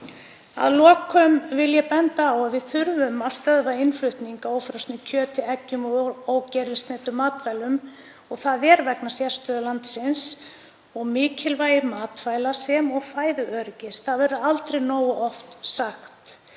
Að lokum vil ég benda á að við þurfum að stöðva innflutning á ófrosnu kjöti, eggjum og ógerilsneyddum matvælum. Það er vegna sérstöðu landsins og mikilvægi matvæla sem og fæðuöryggis. Það verður aldrei nógu oft sagt.